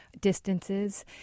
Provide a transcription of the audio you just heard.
distances